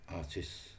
artists